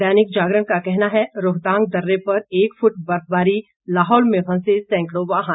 दैनिक जागरण का कहना है रोहतांग दर्रे पर एक फुट बर्फबारी लाहुल में फंसे सैकड़ों वाहन